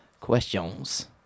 questions